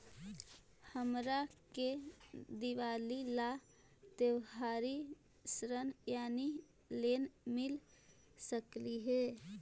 हमरा के दिवाली ला त्योहारी ऋण यानी लोन मिल सकली हे?